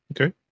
Okay